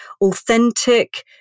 authentic